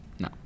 No